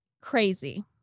crazy